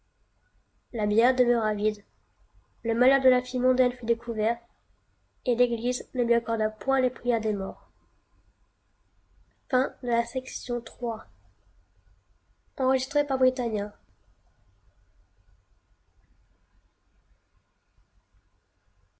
la bière demeura vide le malheur de la fille mondaine fut découvert et l'église ne lui accorda point les prières des morts